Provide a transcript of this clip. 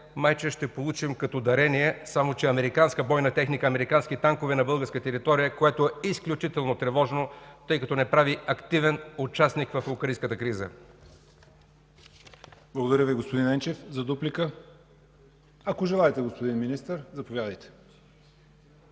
май че ще получим като дарение, само че американска бойна техника, американски танкове на българска територия, което е изключително тревожно, тъй като ни прави активен участник в украинската криза. ПРЕДСЕДАТЕЛ ЯВОР ХАЙТОВ: Благодаря Ви, господин Енчев. Дуплика, ако желаете? Господин Министър, заповядайте.